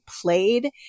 played